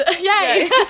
Yay